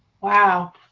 Wow